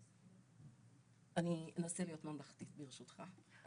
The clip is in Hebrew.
אני אנסה להיות ממלכתית, ברשותך.